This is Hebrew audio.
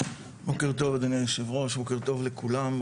בוקר טוב אדוני היושב ראש, בוקר טוב לכולם.